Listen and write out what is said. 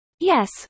yes